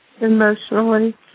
Emotionally